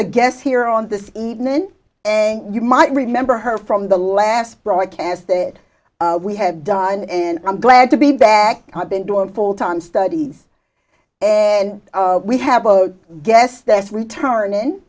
a guest here on this evening and you might remember her from the last broadcast that we have done and i'm glad to be back i've been doing full time studies and we have a guest that's returning